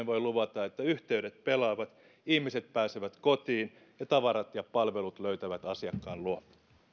voin siis luvata että yhteydet pelaavat ihmiset pääsevät kotiin ja tavarat ja palvelut löytävät asiakkaan luo